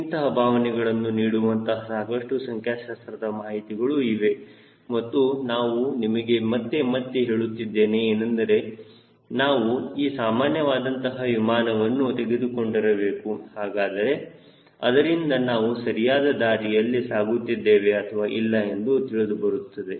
ಇಂತಹ ಭಾವನೆಗಳನ್ನು ನೀಡುವಂತಹ ಸಾಕಷ್ಟು ಸಂಖ್ಯಾಶಾಸ್ತ್ರದ ಮಾಹಿತಿಗಳು ಇವೆ ಮತ್ತು ನಾನು ನಿಮಗೆ ಮತ್ತೆ ಮತ್ತೆ ಹೇಳುತ್ತಿದ್ದೇನೆ ಏನೆಂದರೆ ನಾವು ಒಂದು ಸಾಮಾನ್ಯವಾದಂತಹ ವಿಮಾನವನ್ನು ತೆಗೆದುಕೊಂಡಿರಬೇಕು ಅದರಿಂದ ನಾವು ಸರಿಯಾದ ದಾರಿಯಲ್ಲಿ ಸಾಗುತ್ತಿದ್ದೇವೆ ಅಥವಾ ಇಲ್ಲ ಎಂದು ತಿಳಿದು ಬರುತ್ತದೆ